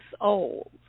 old